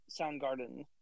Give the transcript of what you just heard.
Soundgarden